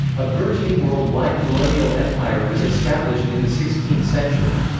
a burgeoning worldwide colonial empire was established in the sixteenth century.